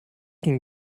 can